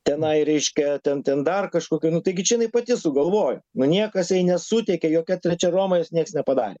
tenai reiškia ten ten dar kažkokių nu taigi čia jinai pati sugalvojo nu niekas jai nesuteikė jokia trečia roma jos nieks nepadarė